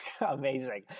Amazing